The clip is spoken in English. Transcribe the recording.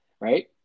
Right